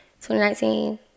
2019